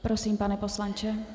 Prosím, pane poslanče.